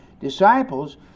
disciples